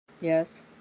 Yes